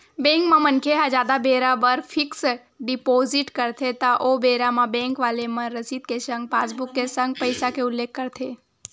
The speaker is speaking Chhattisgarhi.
बेंक म मनखे ह जादा बेरा बर फिक्स डिपोजिट करथे त ओ बेरा म बेंक वाले मन रसीद के संग पासबुक के संग पइसा के उल्लेख करथे